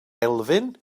elfyn